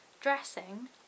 dressing